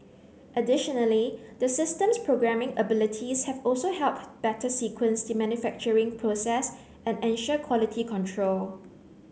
additionally the system's programming abilities have also helped better sequence the manufacturing process and ensure quality control